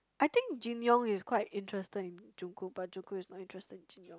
I think Jin-Young is quite interesting Jong-Kook but Jong-Kook is more interesting than Jin-Young